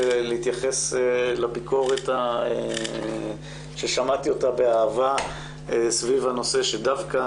להתייחס לביקורת ששמעתי אותה באהבה סביב הנושא שדווקא